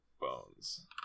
Bones